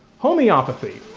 homeopathy.